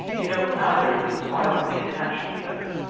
you know neither of you is violently attached to the other.